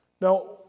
Now